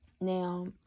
Now